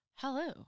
Hello